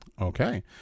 okay